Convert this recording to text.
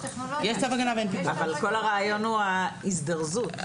אבל כל הרעיון הוא ההזדרזות.